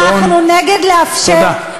אבל אנחנו נגד לאפשר, תודה.